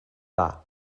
dda